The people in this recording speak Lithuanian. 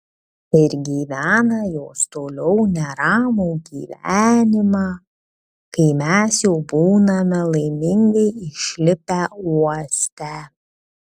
ir gyvena jos toliau neramų gyvenimą kai mes jau būname laimingai išlipę uoste